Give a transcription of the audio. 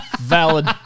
Valid